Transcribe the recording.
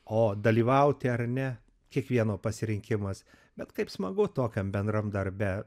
o dalyvauti ar ne kiekvieno pasirinkimas bet kaip smagu tokiam bendram darbe